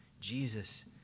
Jesus